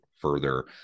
further